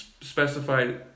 specified